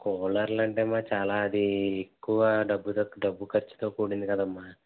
కూలర్లు అంటే అమ్మా చాలా అది ఎక్కువ డబ్బు డబ్బు ఖర్చుతో కూడింది కదమ్మా